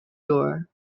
door